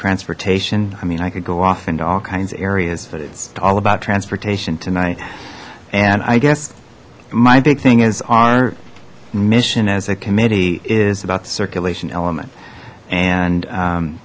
transportation i mean i could go off into all kinds of areas but it's all about transportation tonight and i guess my big thing is our mission as a committee is about the circulation element and